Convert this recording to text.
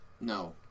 no